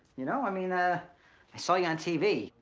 you know, i mean ah i saw you on tv,